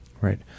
Right